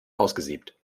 ausgesiebt